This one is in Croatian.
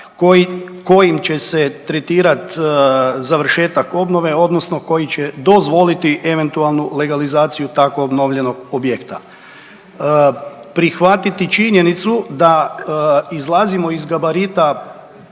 kojim će se tretirati završetak obnove, odnosno koji će dozvoliti eventualno legalizaciju tako obnovljenog objekta. Prihvatiti činjenicu da izlazimo iz gabarita